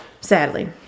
sadly